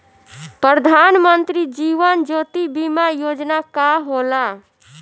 प्रधानमंत्री जीवन ज्योति बीमा योजना का होला?